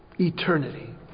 eternity